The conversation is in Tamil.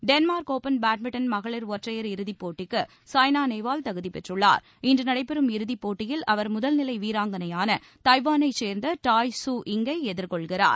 டென்மார்க் ஒப்பன் பேட்மிண்டன் மகளிர் ஒற்றையர் இறுதிப்போட்டிக்கு சாய்னா நேவால் தகுதிப்பெற்றுள்ளார் இன்று நடைபெறம் இறுதிப்போட்டியில் அவர் முதல் நிலை வீராங்கனையான டாய்வானைச் சேர்ந்த டாய் ட்சு யிங் ஐ எதிர்கொள்கிறார்